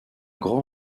grand